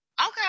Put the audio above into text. Okay